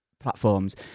platforms